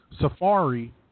safari